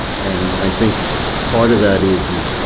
and i think part of that is,